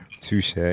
Touche